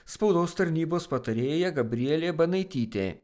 spaudos tarnybos patarėja gabrielė banaitytė